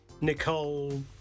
Nicole